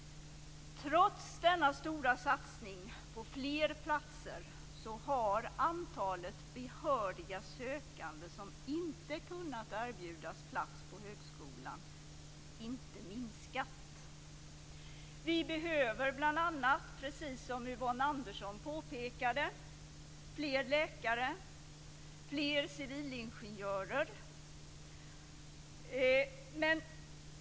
Trots denna stora satsning på fler platser har antalet behöriga sökande som inte kunnat erbjudas plats på högskolan inte minskat. Vi behöver, precis som Yvonne Andersson påpekade, bl.a. fler läkare och fler civilingenjörer.